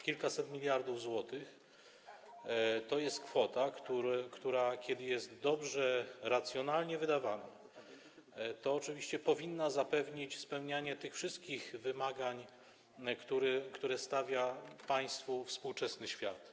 Kilkaset miliardów złotych to jest kwota, która kiedy jest dobrze, racjonalnie wydawana, to oczywiście powinna zapewnić spełnianie tych wszystkich wymagań, które stawia państwu współczesny świat.